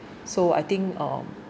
so I think um